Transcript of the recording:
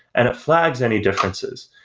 and it flags any differences.